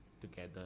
together